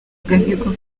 agahigo